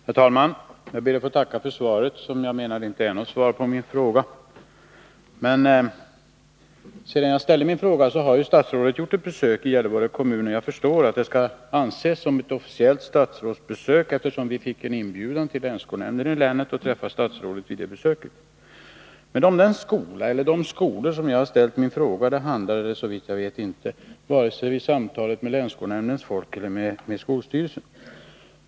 Herr talman! Jag ber att få tacka för svaret, som jag menar inte är något svar på min fråga. Sedan jag ställde frågan har statsrådet gjort ett besök i Gällivare kommun. Jag förstår att det skall anses som ett officiellt statsrådsbesök, eftersom länsskolnämnden fick en inbjudan att träffa statsrådet vid besöket. Men varken samtalen med länsskolnämnden eller samtalen med skolstyrelsen handlade, såvitt jag förstår, om de skolor som jag har frågat om.